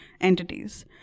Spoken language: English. entities